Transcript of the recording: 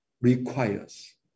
requires